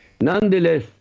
Nonetheless